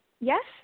Yes